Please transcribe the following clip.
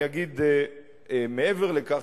אני אגיד מעבר לכך,